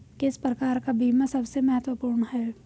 किस प्रकार का बीमा सबसे महत्वपूर्ण है?